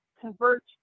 convert